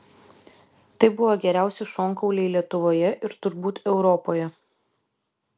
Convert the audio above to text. tai buvo geriausi šonkauliai lietuvoje ir turbūt europoje